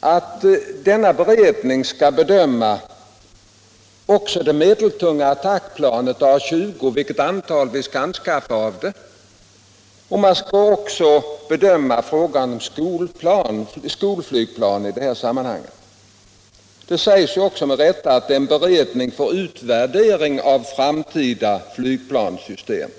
att denna beredning skall bedöma också vilket antal vi skall skaffa av det medeltunga attackplanet A 20 samt frågan om skolflygplan. Det sägs också med rätta att det är en beredning för utvärdering av framtida flygplanssystem.